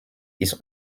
ist